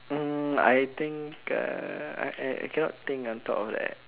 mm I think uh I I cannot think on top of that